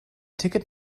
ticket